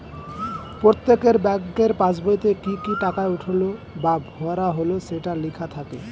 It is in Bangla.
প্রত্যেকের ব্যাংকের পাসবইতে কি কি টাকা উঠলো বা ভরা হলো সেটা লেখা থাকে